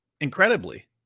incredibly